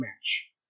match